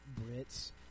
Brits